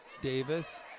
Davis